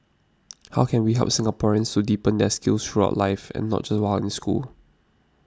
how can we help Singaporeans to deepen their skills throughout life and not just while in school